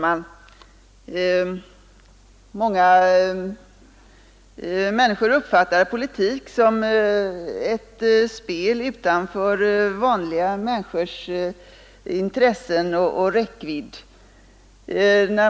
Fru talman! Många uppfattar politik som ett spel utanför vanliga människors intressen och räckvidd.